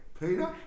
Peter